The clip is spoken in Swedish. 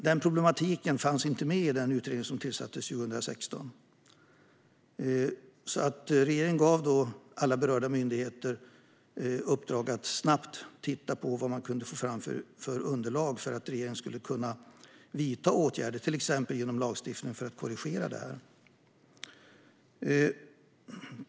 Denna problematik fanns inte med i den utredning som tillsattes 2016. Regeringen gav alla berörda myndigheter i uppdrag att snabbt titta på vilket underlag de kunde få fram för att regeringen skulle kunna vidta åtgärder, till exempel genom lagstiftning för att korrigera detta.